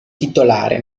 titolare